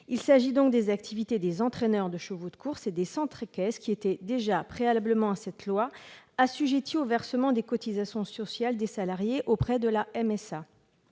Il s'agit des activités des entraîneurs de chevaux de course et des centres équestres qui étaient déjà, préalablement à cette loi, assujetties au versement des cotisations sociales des salariés auprès de la MSA.